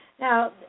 Now